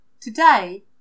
Today